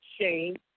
Shane